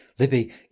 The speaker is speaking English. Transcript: Libby